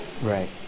right